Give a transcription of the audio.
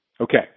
Okay